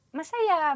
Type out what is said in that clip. Masaya